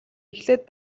эхлээд